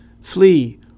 Flee